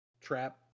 trap